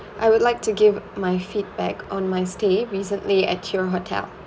I would like to give my feedback on my stay recently at your hotel